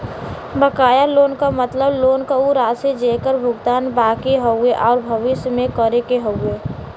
बकाया लोन क मतलब लोन क उ राशि जेकर भुगतान बाकि हउवे आउर भविष्य में करे क हउवे